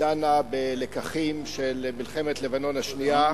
דנה בלקחים של מלחמת לבנון השנייה.